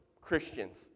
Christians